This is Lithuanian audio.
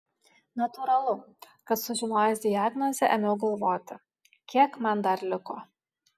natūralu kad sužinojęs diagnozę ėmiau galvoti kiek man dar liko